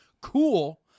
Cool